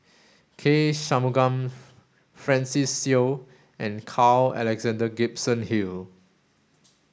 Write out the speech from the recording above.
K Shanmugam Francis Seow and Carl Alexander Gibson Hill